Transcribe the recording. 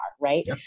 Right